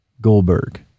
Goldberg